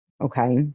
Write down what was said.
okay